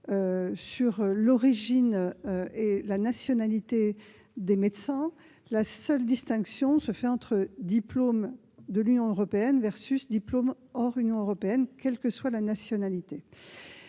à l'origine et la nationalité des médecins ; la seule distinction opérée l'est entre le diplôme de l'Union européenne et le diplôme hors Union européenne, quelle que soit la nationalité